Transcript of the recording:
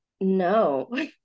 no